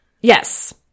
Yes